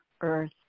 earth